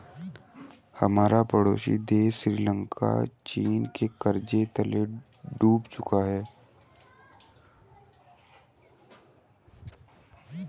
हमारा पड़ोसी देश श्रीलंका चीन के कर्ज तले डूब चुका है